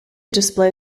display